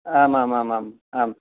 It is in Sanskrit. आमामामाम् आम्